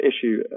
issue